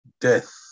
death